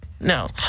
no